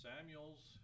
Samuels